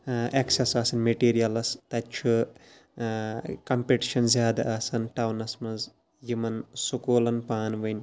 access آسان materials تتہِ چھُ کَمپِٹِشَن زیادٕ آسان ٹاونَس مَنٛز یِمَن سکوٗلَن پانہٕ ؤنۍ